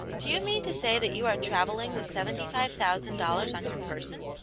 do you mean to say that you are travelling with seventy-five thousand dollars on your person?